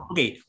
Okay